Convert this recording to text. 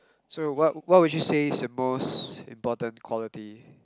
so what what would you say is the most important quality